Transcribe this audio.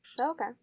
Okay